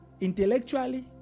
intellectually